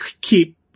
keep